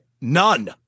None